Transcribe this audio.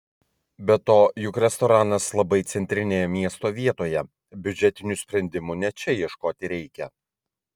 be to juk restoranas labai centrinėje miesto vietoje biudžetinių sprendimų ne čia ieškoti reikia